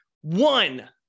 one